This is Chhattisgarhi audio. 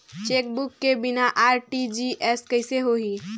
चेकबुक के बिना आर.टी.जी.एस कइसे होही?